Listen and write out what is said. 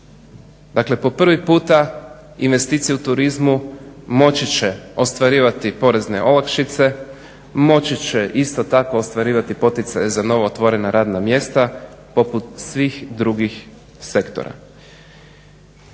Dakle po prvi puta investicije u turizmu moći će ostvarivati porezne olakšice, moći će isto tako ostvarivati poticaje za nova otvorena radna mjesta poput svih drugih sektora.